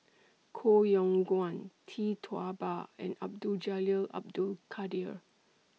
Koh Yong Guan Tee Tua Ba and Abdul Jalil Abdul Kadir